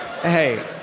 hey